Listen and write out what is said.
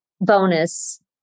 bonus